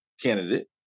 candidate